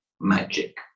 magic